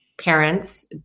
parents